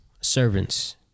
servants